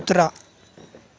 कुत्रा